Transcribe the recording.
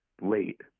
late